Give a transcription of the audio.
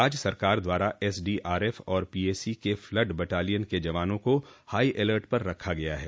राज्य सरकार द्वारा एसडीआरएफ और पीएसी के फ्लड बटालियन के जवानों को हाई अलर्ट पर रखा गया है